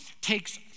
takes